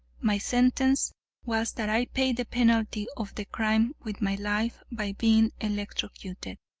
my sentence was that i pay the penalty of the crime with my life by being electrocuted.